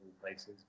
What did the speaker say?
places